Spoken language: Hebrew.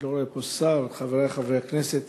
אני לא רואה פה שר, חברי חברי הכנסת,